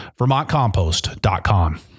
VermontCompost.com